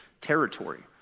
territory